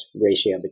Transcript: ratio